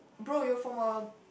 bro you're from a